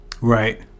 Right